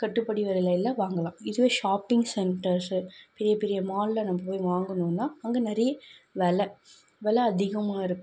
கட்டுப்படி விலைல வாங்கலாம் இதுவே ஷாப்பிங் சென்டர்ஸ்ஸு பெரிய பெரிய மாலில் நம்ம போய் வாங்குனோன்னா அங்கே நிறைய வில வில அதிகமாருக்